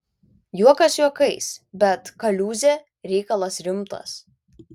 juokas juokais bet kaliūzė reikalas rimtas